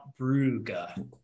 Brugge